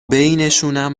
بینشونم